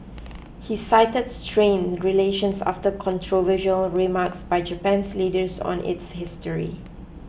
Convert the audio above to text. he cited strained relations after controversial remarks by Japan's leaders on its history